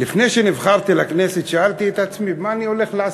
לפני שנבחרתי לכנסת שאלתי את עצמי: מה אני הולך לעשות?